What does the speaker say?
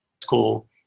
school